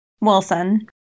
Wilson